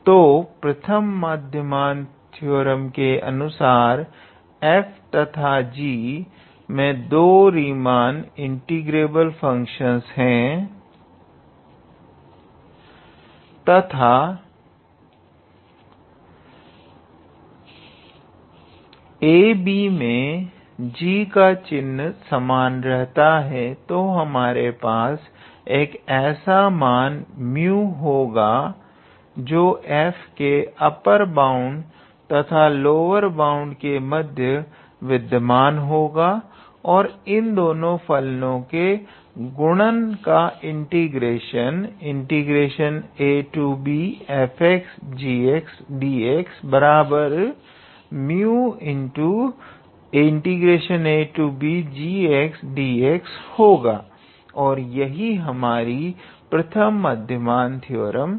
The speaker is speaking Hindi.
तो प्रथम मध्यमान थ्योरम के अनुसार f तथा g दो रीमान इंटीग्रेबल फंक्शनस है तथा ab मे g का चिन्ह समान रहता है तो हमारे पास एक ऐसा मान 𝜇 होगा जो f के अपर बाण्ड् तथा लोवर बाण्ड् के मध्य विद्यमान होगा दो इन फलनों के गुणन का इंटीग्रेशन abfgdx μ abgdx होगा और यही हमारी प्रथम मध्यमान थ्योरम है